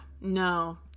No